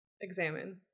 examine